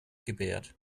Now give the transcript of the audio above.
gebärt